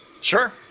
Sure